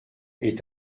est